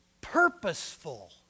purposeful